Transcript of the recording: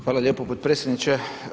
Hvala lijepo potpredsjedniče.